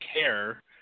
care